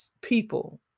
people